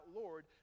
lord